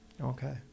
Okay